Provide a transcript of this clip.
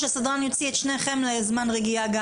או שסדרן יוציא את שניכם לזמן רגיעה.